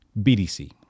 BDC